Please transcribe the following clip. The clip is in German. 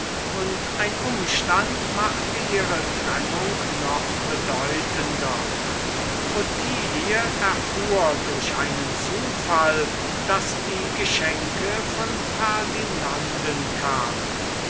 und ein umstand machte ihre trennung noch bedeutender ottilie erfuhr durch einen zufall daß die geschenke von ferdinanden kamen